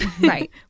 Right